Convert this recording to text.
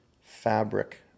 fabric